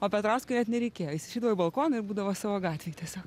o petrauskui net nereikėjo jis išeidavo į balkoną ir būdavo savo gatvėj tiesiog